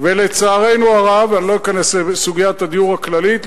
לצערנו הרב, אני לא אכנס לסוגיית הדיור הכללית,